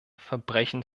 verbrechen